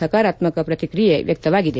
ಸಕಾರಾತ್ಕಕ ಪ್ರತಿಕ್ರಿಯೆ ವ್ಯಕ್ತವಾಗಿದೆ